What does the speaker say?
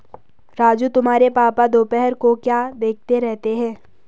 राजू तुम्हारे पापा दोपहर को क्या देखते रहते हैं?